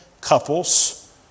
couples